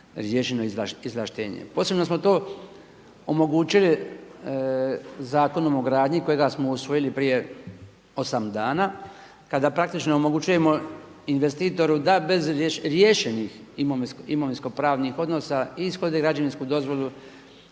riješeno izvlaštenje. Posebno smo to omogućili Zakonom o gradnji kojega samo usvojili prije osam dana, kada praktično omogućujemo investitoru da bez riješenih imovinskopravnih odnosa ishode građevinsku dozvolu